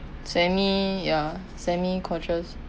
semi ya semi conscious